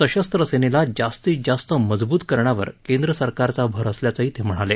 सशस्त्र सेनेला जास्तीत जास्त मजबूत करण्यावर केंद्रसरकारचा भर असल्याचंही ते म्हणाले